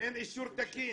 אין אישור תקין.